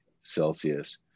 Celsius